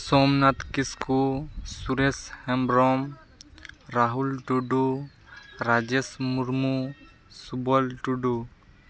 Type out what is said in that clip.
Somnath Kisku Suresh Hembrom Rahul Tudu Rajesh Murmu Subol Tudu